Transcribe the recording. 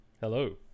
hello